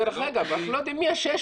דרך אגב, אנחנו לא יודעים מי ה-600.